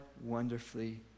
wonderfully